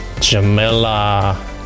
jamila